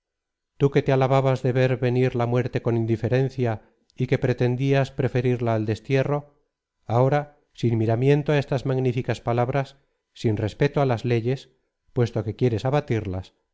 tii que te alababas de ver venir la muerte con indiferencia y que pretendías preferirla al destierro ahora sin miramiento á estas magníficas palabras sin respeto á las leyes puesto que quieres abatirlas